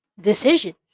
decisions